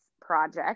project